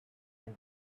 war